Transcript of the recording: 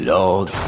Lord